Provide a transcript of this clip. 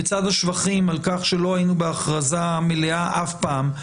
בצד השבחים על כך שלא היינו בהכרזה מלאה אף פעם,